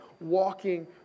walking